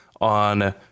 on